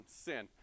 sin